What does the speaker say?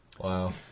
Wow